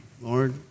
Lord